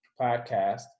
podcast